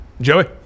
Joey